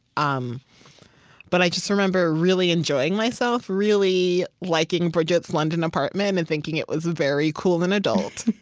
um but i just remember really enjoying myself, really liking bridget's london apartment and thinking it was very cool and adult,